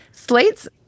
Slate's